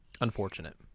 unfortunate